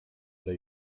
oder